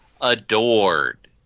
adored